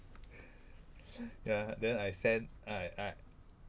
ya then I send I I